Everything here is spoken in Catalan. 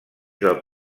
del